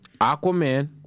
Aquaman